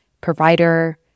provider